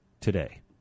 today